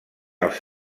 als